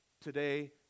today